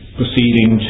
proceeding